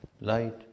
light